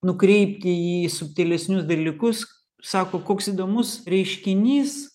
nukreipti jį į subtilesnius dalykus sako koks įdomus reiškinys